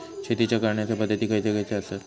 शेतीच्या करण्याचे पध्दती खैचे खैचे आसत?